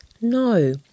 no